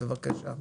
בבקשה.